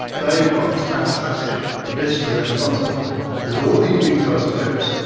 they've got this fantastic vista in front of them with all of these new telescopes,